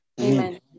Amen